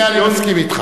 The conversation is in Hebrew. זה מה שאמרתי.